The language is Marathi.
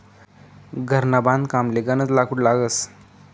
घरना बांधकामले गनज लाकूड लागस